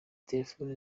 telefoni